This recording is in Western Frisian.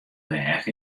rêch